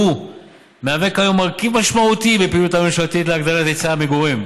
והיא כיום מרכיב משמעותי בפעילות הממשלתית להגדלת היצע המגורים.